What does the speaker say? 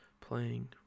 playing